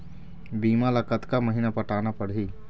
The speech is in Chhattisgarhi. बीमा ला कतका महीना पटाना पड़ही?